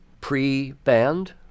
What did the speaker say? Pre-band